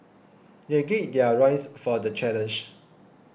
they gird their loins for the challenge